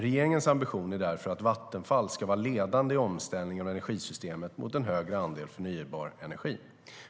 Regeringens ambition är därför att Vattenfall ska vara ledande i omställningen av energisystemet mot en högre andel förnybar energi.